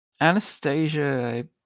Anastasia